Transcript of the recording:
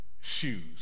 shoes